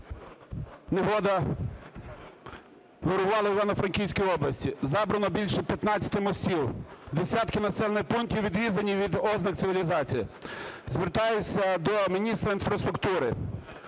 негода вирувала в Івано-Франківській області. Забрано більше п'ятнадцяти мостів, десятки населених пунктів відрізані від ознак цивілізації. Звертаюся до міністра інфраструктури.